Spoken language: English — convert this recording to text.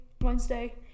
Wednesday